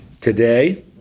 Today